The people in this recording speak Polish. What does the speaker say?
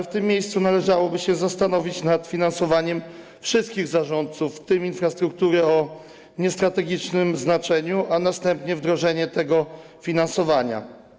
W tym miejscu należałoby się zastanowić nad finansowaniem wszystkich zarządców, w tym infrastruktury o niestrategicznym znaczeniu, a następnie wdrożeniem tego finansowania.